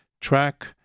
track